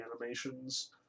animations